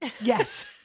Yes